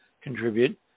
contribute